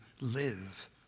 live